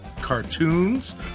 cartoons